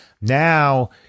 now